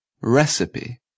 Recipe